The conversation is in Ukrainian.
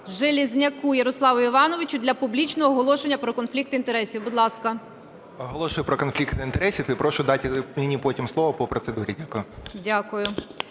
Железняку Ярославу Івановичу для публічного оголошення про конфлікт інтересів. Будь ласка. 14:01:21 ЖЕЛЕЗНЯК Я.І. Оголошую про конфлікт інтересів. І прошу дати мені потім слово по процедурі. Дякую.